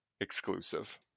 exclusive